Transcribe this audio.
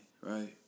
right